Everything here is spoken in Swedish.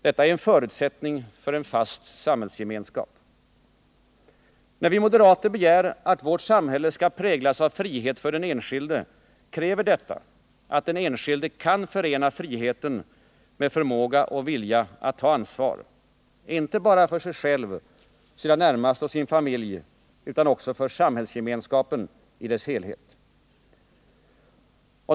Detta är en förutsättning för en fast samhällsgemenskap. När vi moderater begär att vårt samhälle skall präglas av frihet för den enskilde, kräver det att den enskilde kan förena friheten med förmåga och vilja att ta ansvar, inte bara för sig själv, sin familj och sina närmaste utan också för samhällsgemenskapen i dess helhet.